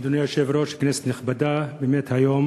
אדוני היושב-ראש, כנסת נכבדה, באמת היום